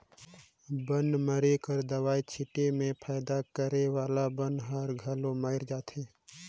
बन मारे कर दवई छीटे में फायदा करे वाला बन हर घलो मइर जाथे